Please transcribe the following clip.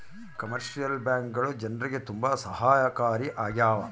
commercial ಬ್ಯಾಂಕ್ಗಳು ಜನ್ರಿಗೆ ತುಂಬಾ ಸಹಾಯಕಾರಿ ಆಗ್ಯಾವ